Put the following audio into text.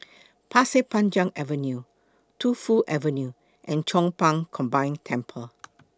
Pasir Panjang Avenue Tu Fu Avenue and Chong Pang Combined Temple